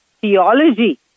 theology